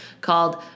called